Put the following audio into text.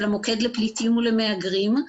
של המוקד לפליטים ולמהגרים.